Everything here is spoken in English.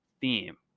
theme